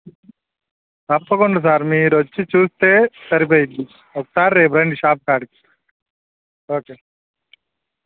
తప్పకుండ సార్ మీరు వచ్చి చూస్తే సరిపోతుంది ఒకసారి రేపు రండి షాప్ కాడికి ఓకే